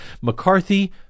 McCarthy